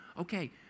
Okay